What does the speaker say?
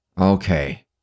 Okay